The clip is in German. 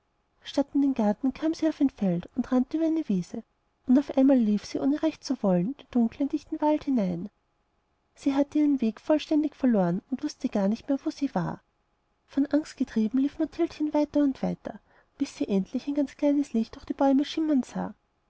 statt in den garten kam sie auf ein feld rannte dann über eine wiese und auf einmal lief sie ohne nur recht zu wollen in den dunklen dichten wald hinein sie hatte ihren weg vollständig verloren und wußte gar nicht mehr wo sie war von angst getrieben lief mathildchen weiter und weiter bis sie endlich ein ganz kleines licht durch die bäume schimmern sah